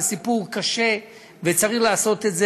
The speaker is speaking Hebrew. זה סיפור קשה וצריך לעשות את זה.